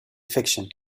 fiction